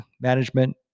management